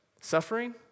suffering